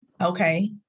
Okay